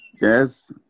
Yes